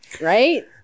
Right